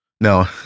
No